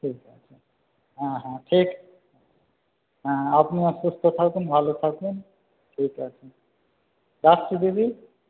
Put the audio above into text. ঠিক আছে হ্যাঁ হ্যাঁ ঠিক হ্যাঁ আপনিও সুস্থ থাকুন ভালো থাকুন ঠিক আছে রাখছি দিদি